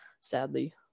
sadly